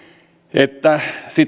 että